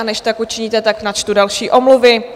A než tak učiníte, tak načtu další omluvy.